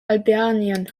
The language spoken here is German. albanien